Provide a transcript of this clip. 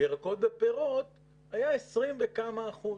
בירקות ובפירות היה 20 וכמה אחוזים.